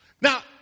Now